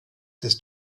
des